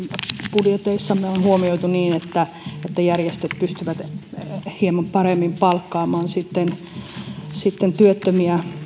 budjeteissamme on huomioitu se että järjestöt pystyvät sitten hieman paremmin palkkaamaan työttömiä